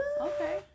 Okay